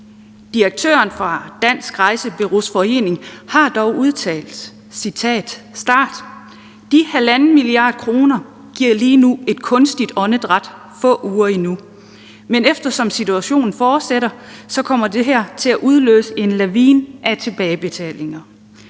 Direktøren for Danmarks Rejsebureau Forening har dog udtalt – citat: De 1,5 mia. kr. giver et kunstigt åndedræt få uger endnu, men eftersom situationen fortsætter, kommer det her til at udløse en lavine af tilbagebetalinger.